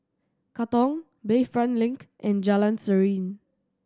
Katong Bayfront Link and Jalan Serene